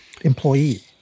employee